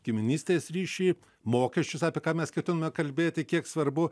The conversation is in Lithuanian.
giminystės ryšį mokesčius apie ką mes ketiname kalbėti kiek svarbu